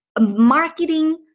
marketing